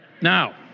Now